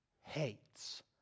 hates